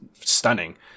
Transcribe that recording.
stunning